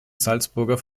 salzburger